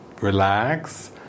relax